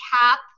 cap